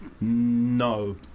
No